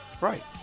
Right